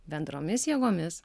bendromis jėgomis